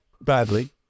badly